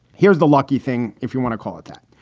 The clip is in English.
here's the lucky thing. if you want to call it that,